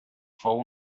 fou